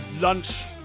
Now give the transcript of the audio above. lunch